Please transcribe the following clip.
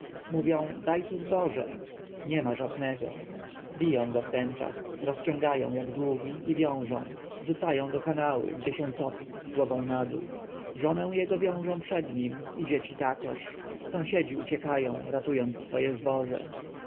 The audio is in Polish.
mówią daj tu zboże niema żadnego biją go wtenczas rozciągają jak długi i wiążą rzucają do kanału gdzie się topi głową nadół żonę jego wiążą przed nim i dzieci takoż sąsiedzi uciekają ratując swoje zboże